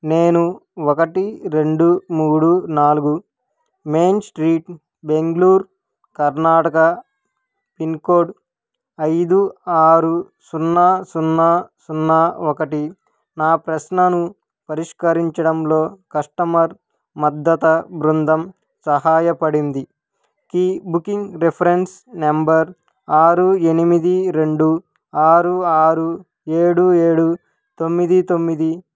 నేను ఒకటి రెండు మూడు నాలుగు main street Bangalore Karnataka pin code ఐదు ఆరు సున్నా సున్నా సున్నా ఒకటి నా ప్రశ్నను పరిష్కరించడంలో కస్టమర్ మద్దతు బృందం సహాయపడింది కి బుకింగ్ రిఫరెన్స్ నంబర్ ఆరు ఎనిమిది రెండు ఆరు ఆరు ఏడు ఏడు తొమ్మిది తొమ్మిది